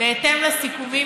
על האפשרות